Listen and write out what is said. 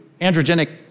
androgenic